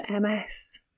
MS